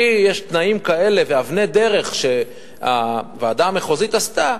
כי יש תנאים כאלה ואבני דרך שהוועדה המחוזית עשתה,